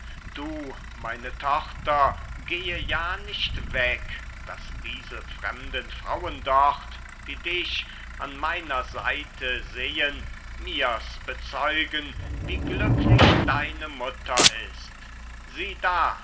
du meine tochter gehe ja nicht weg daß diese fremden frauen dort die dich an meiner seite sehen mir's bezeugen wie glücklich deine mutter ist sieh da